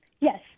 Yes